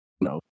no